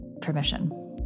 permission